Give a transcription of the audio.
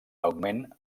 augment